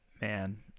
man